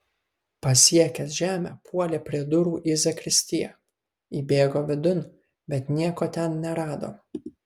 pasiekęs žemę puolė prie durų į zakristiją įbėgo vidun bet nieko ten nerado